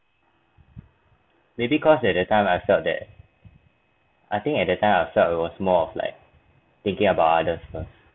maybe cause at that time I felt that I think at that time I felt it was more of like thinking about other first